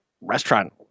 restaurant